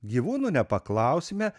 gyvūnų nepaklausime